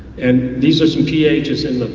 and these are some pahs in